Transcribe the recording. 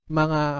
mga